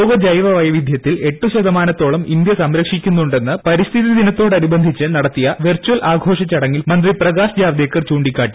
ലോക ജൈവവൈവിധൃത്തിൽ എട്ട് ശതമാനത്തോളം ഇന്ത്യ സംരക്ഷിക്കുന്നണ്ടെന്ന് പരിസ്ഥിതി ദിനത്തോടനുബന്ധിച്ച് നടത്തിയ വെർച്ചൽ ആഘോഷ ചടങ്ങിൽ മന്ത്രി പ്രകാശ് ജാവദേക്കർ ചൂണ്ടിക്കാട്ടി